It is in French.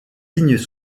vignes